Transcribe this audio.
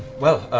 well,